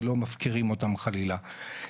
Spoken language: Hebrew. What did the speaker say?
ולא מפקירים אותם חלילה.